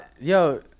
yo